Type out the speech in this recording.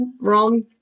wrong